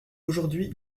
aujourd’hui